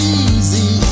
easy